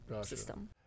system